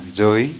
giới